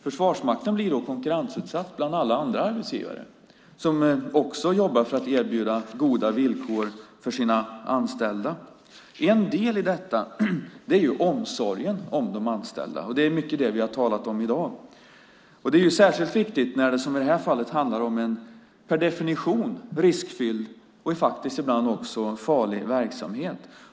Försvarsmakten blir då konkurrensutsatt bland alla andra arbetsgivare som också jobbar för att erbjuda goda villkor för sina anställda. En del i detta är omsorgen om de anställda, och det är mycket det vi har talat om i dag. Det är särskilt viktigt när det som i detta fall handlar om en per definition riskfylld och faktiskt ibland också farlig verksamhet.